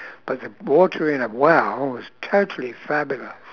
but the water in a well is totally fabulous